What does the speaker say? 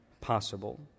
possible